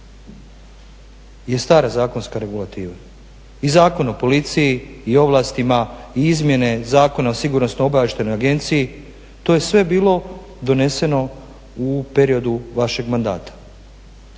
je stara zakonska regulativa i Zakon o policiji i ovlastima i izmjene Zakona o sigurnosno-obavještajnoj agenciji to je sve bilo doneseno u periodu vašega mandata.